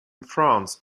france